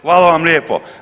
Hvala vam lijepo.